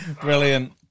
Brilliant